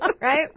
Right